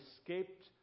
escaped